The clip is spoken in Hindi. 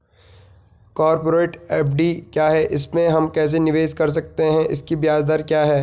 कॉरपोरेट एफ.डी क्या है इसमें हम कैसे निवेश कर सकते हैं इसकी ब्याज दर क्या है?